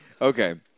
Okay